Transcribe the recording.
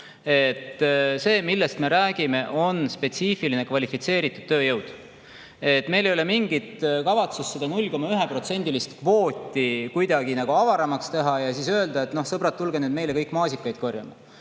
See, millest me räägime, on spetsiifiline kvalifitseeritud tööjõud. Meil ei ole mingit kavatsust seda 0,1%-list kvooti kuidagi nagu avaramaks teha ja siis öelda: sõbrad, tulge nüüd meile kõik maasikaid korjama.